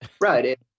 right